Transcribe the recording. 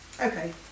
Okay